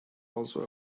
also